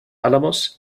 álamos